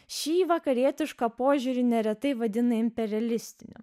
šį vakarietišką požiūrį neretai vadina imperialistiniu